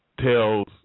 tells